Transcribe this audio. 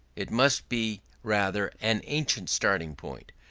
it must be rather an ancient starting point,